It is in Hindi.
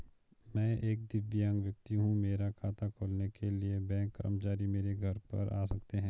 मैं एक दिव्यांग व्यक्ति हूँ मेरा खाता खोलने के लिए बैंक कर्मचारी मेरे घर पर आ सकते हैं?